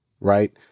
Right